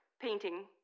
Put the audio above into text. painting